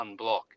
unblock